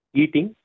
eating